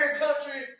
country